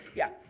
yeah.